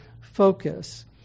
focus